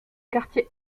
quartier